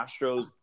Astros